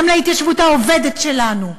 גם להתיישבות העובדת שלנו,